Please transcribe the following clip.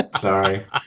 Sorry